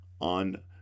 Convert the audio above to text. on